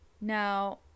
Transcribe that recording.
Now